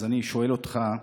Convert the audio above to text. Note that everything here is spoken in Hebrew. אז אני שואל אותך: